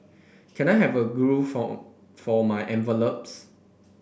can I have a glue for for my envelopes